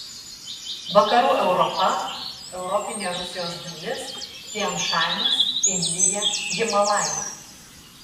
vakarų europa europinė rusijos dalis tian šanis indija himalajai